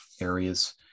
areas